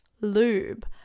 lube